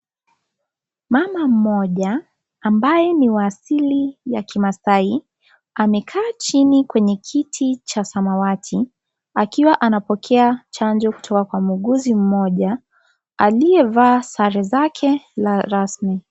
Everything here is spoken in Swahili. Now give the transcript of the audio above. Mama mmoja ambaye ni wa asili ya kimaasai amekaa chini kwenye kiti cha samawati akiwa anapokea chanjo kutoka kwa muuguzi mmoja aliyevaa sare zake rasmi.